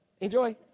enjoy